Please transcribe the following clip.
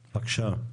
בבקשה.